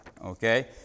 Okay